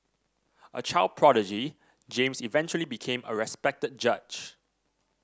a child prodigy James eventually became a respected judge